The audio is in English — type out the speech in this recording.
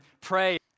pray